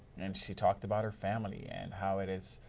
and she talked about her family. and how it has,